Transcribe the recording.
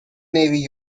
navy